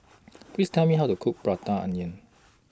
Please Tell Me How to Cook Prata Onion